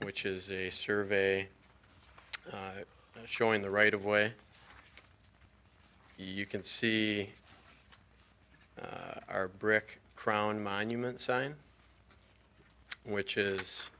which is a survey showing the right of way you can see our brick crown monument sign which is